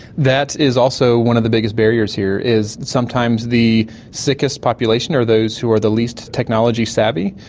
that is also one of the biggest barriers here is sometimes the sickest population are those who are the least technology savvy.